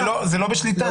זה לא בשליטה.